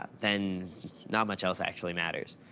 then not much else actually matters.